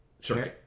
Sure